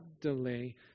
delay